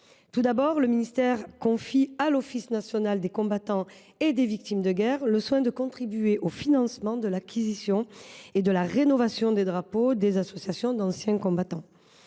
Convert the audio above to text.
Tout d’abord, le ministère confie à l’Office national des combattants et des victimes de guerre (ONaCVG) le soin de contribuer au financement de l’acquisition et de la rénovation des drapeaux des associations d’anciens combattants.